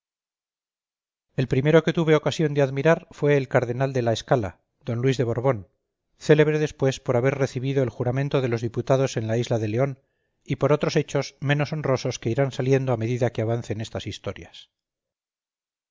el primero que tuve ocasión de admirar fue el cardenal de la escala d luis de borbón célebre después por haber recibido el juramento de los diputados en la isla de león y por otros hechos menos honrosos que irán saliendo a medida que avancen estas historias